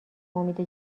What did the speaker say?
امید